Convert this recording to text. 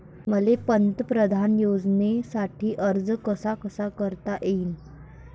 मले पंतप्रधान योजनेसाठी अर्ज कसा कसा करता येईन?